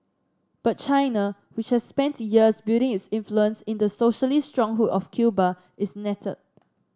but China which has spent years building its influence in the socialist stronghold of Cuba is nettled